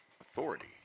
authority